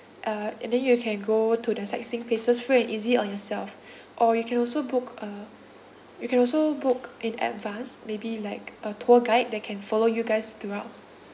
uh and then you can go to the sightseeing places free and easy on yourself or you can also book a you can also book in advance maybe like a tour guide that can follow you guys throughout